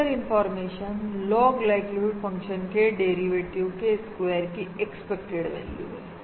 Fisher information log likelihood function के derivative के square की एक्सपेक्टेड वैल्यू है